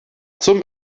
zum